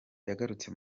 yagarutse